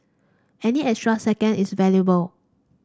any extra second is valuable